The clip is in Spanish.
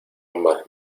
ambas